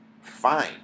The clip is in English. fine